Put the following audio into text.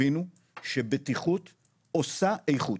הבינו שבטיחות עושה איכות,